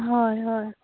हय हय